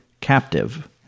captive